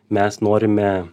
mes norime